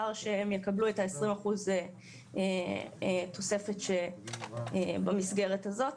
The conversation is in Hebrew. שהם יקבלו את ה-20 אחוזים תוספת במסגרת הזאת.